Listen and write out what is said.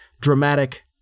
dramatic